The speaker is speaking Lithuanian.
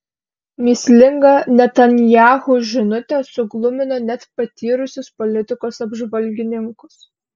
mįslinga netanyahu žinutė suglumino net patyrusius politikos apžvalgininkus